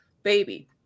Baby